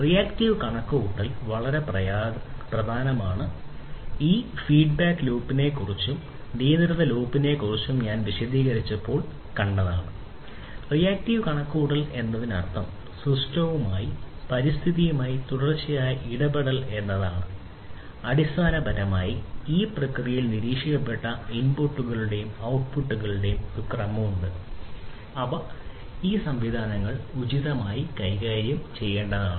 reactive ഒരു ക്രമം ഉണ്ട് അത് ഈ സംവിധാനങ്ങൾ ഉചിതമായി കൈകാര്യം ചെയ്യേണ്ടതുണ്ട്